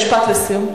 משפט לסיום.